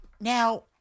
Now